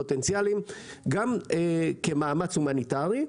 פוטנציאליים גם כמאמץ הומניטרי,